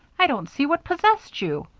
i don't see what possessed you